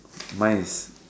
mine is